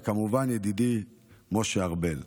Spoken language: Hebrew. וכמובן ידידי משה ארבל.